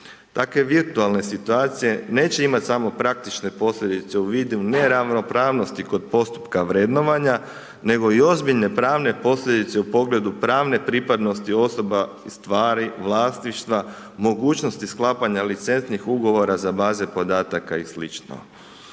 Takve virtualne situacije neće imati samo praktične posljedice u vidu neravnopravnosti kod postupka vrednovanja nego i ozbiljne pravne posljedice u pogledu pravne pripadnosti osoba, stvari, vlasništva, mogućnosti sklapanja licentnih ugovora za baze podataka i